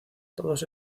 todos